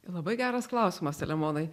labai geras klausimas saliamonai